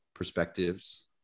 Perspectives